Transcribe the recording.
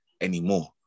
anymore